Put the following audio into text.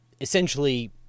essentially